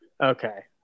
Okay